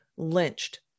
lynched